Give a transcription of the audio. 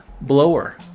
blower